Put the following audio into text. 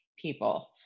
people